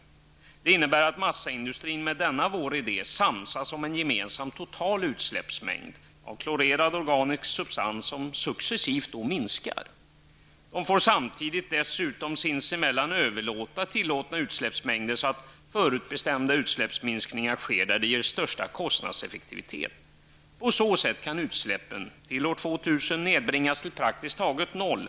Denna vår idé innebär att massaindustrin samsas om en gemensam total utsläppsmängd av klorerad organisk substans, som successivt skall minskas. Företagen får dessutom sinsemellan överlåta tillåtna utsläppsmängder, så att förutbestämda utsläppsminskningar sker där det ger största kostnadseffektivitet. På så sätt kan utsläppen till år 2000 nedbringas till praktiskt taget noll.